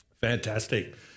Fantastic